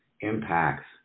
impacts